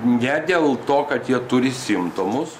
ne dėl to kad jie turi simptomus